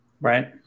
Right